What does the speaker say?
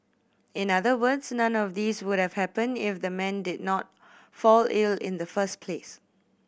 in other words none of these would have happened if the man did not fall ill in the first place